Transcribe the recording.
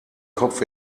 kopf